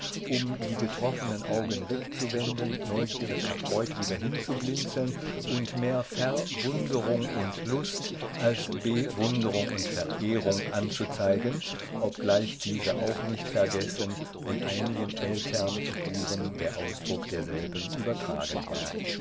um die getroffnen augen wegzuwenden neugierig erfreut wieder hinzublinzen und mehr verwunderung und lust als bewunderung und verehrung anzuzeigen obgleich diese auch nicht vergessen und einigen ältern figuren der ausdruck derselben übertragen war